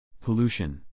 Pollution